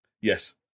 yes